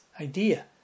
idea